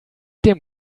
dem